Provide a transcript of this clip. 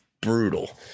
brutal